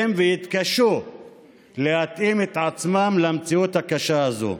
ויתקשו להתאים את עצמם למציאות הקשה הזאת.